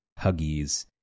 Huggies